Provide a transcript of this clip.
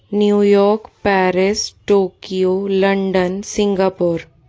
new York Paris Tokyo London Singapore